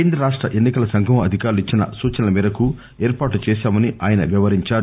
కేంద్ర రాష్ట్ర ఎన్నికల సంఘం అధికారులు ఇచ్చిన సూచనల మేరకు ఏర్పాట్లు చేశామని ఆ యన వివరించారు